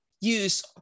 use